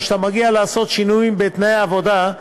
וכשאתה מגיע לעשות שינויים בתנאי עבודה,